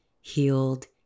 healed